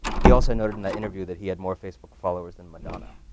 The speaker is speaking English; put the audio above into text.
he also noted in that interview that he had more facebook followers than madonna.